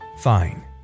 fine